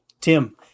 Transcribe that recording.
Tim